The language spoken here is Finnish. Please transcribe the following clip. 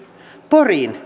poriin